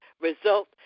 result